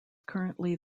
currently